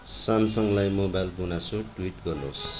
स्यामसङलाई mobile गुनासो tweet गर्नुहोस्